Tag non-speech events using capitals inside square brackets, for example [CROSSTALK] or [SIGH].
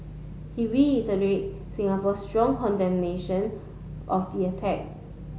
he [UNINTELLIGIBLE] Singapore's strong condemnation of the attack